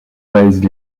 raised